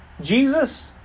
Jesus